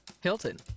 Hilton